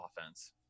offense